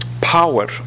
power